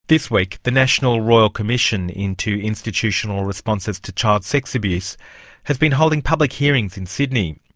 this week, the national royal commission into institutional responses to child sex abuse has been holding public hearings in sydney.